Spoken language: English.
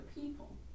people